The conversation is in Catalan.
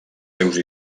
seus